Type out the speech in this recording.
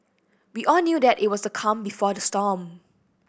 we all knew that it was the calm before the storm